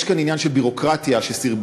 יש כאן עניין של ביורוקרטיה שסרבלה.